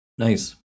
Nice